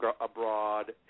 Abroad